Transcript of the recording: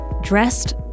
dressed